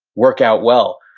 work out well,